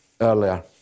earlier